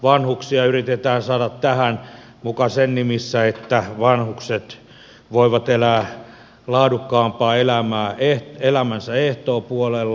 vanhuksia yritetään saada tähän muka sen nimissä että vanhukset voivat elää laadukkaampaa elämää elämänsä ehtoopuolella